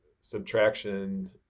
subtraction